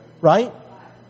right